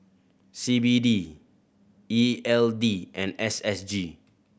C B D E L D and S S G